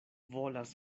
volas